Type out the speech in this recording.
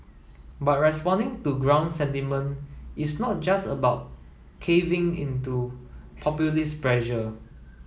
but responding to ground sentiment is not just about caving into populist pressure